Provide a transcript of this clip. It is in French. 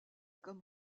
comme